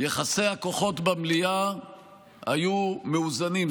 יחסי הכוחות במליאה היו מאוזנים.